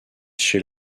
chez